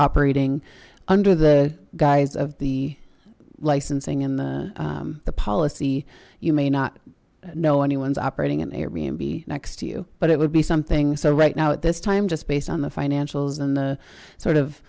operating under the guise of the licensing and the policy you may not know anyone's operating at airbnb next to you but it would be something so right now at this time just based on the financials and the sort of